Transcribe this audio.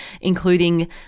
including